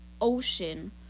ocean